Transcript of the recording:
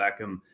Beckham